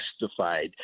justified